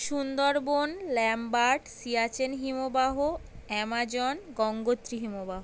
Sundarban Lambert Siachen হিমবাহ Amazon Gangotri হিমবাহ